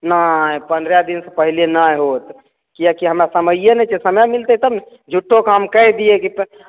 नहि पंद्रह दिन से पहिले नहि होत किएकि हमरा समइये नहि छै समय मिलतै तब ने झुट्ठोके हम कहि दियै तो